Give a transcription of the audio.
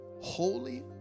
holy